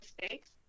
mistakes